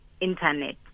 Internet